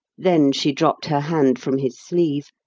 then she dropped her hand from his sleeve,